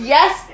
Yes